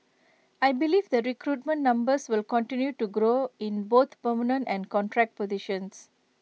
I believe the recruitment numbers will continue to grow in both permanent and contract positions